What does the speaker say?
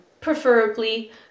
Preferably